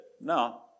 no